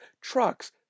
trucks